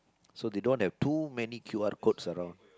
so they don't have too many Q_R codes around